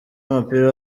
w’umupira